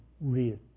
read